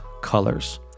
colors